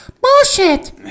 Bullshit